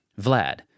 Vlad